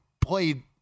played